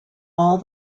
all